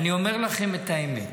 אני אומר לכם את האמת.